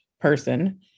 person